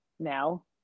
Now